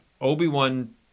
Obi-Wan